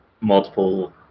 multiple